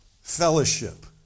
fellowship